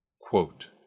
quote